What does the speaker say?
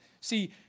See